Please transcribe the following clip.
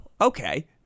okay